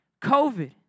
COVID